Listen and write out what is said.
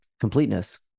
completeness